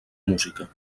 música